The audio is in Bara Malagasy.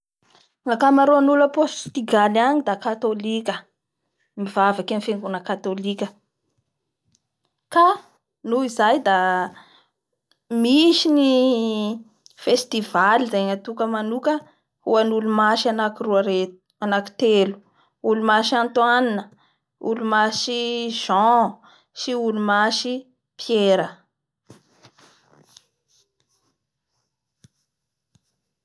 Ny musulma koa zay ny favavaha islame avao koa reo zany tena fivavaha nisy amindreo agny da da manao fivavaha islamy avao andreo zany Fe tsy maro